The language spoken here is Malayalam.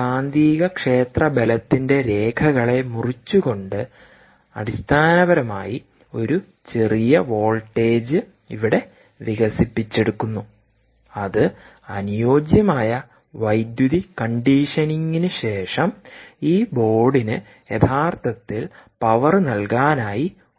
കാന്തികക്ഷേത്രബലത്തിന്റെ രേഖകളെ മുറിച്ചുകൊണ്ട് അടിസ്ഥാനപരമായി ഒരു ചെറിയ വോൾട്ടേജ് ഇവിടെ വികസിപ്പിച്ചെടുക്കുന്നു അത് അനുയോജ്യമായ വൈദ്യുതി കണ്ടീഷനിംഗിന് ശേഷം ഈ ബോർഡിന് യഥാർത്ഥത്തിൽ പവർ നൽകാനായി ഉപയോഗിക്കാൻ കഴിയും